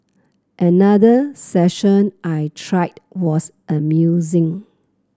another session I tried was amusing